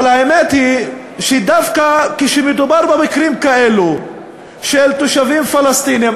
אבל האמת היא שדווקא כשמדובר במקרים כאלה של תושבים פלסטינים,